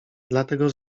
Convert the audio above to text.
dlatego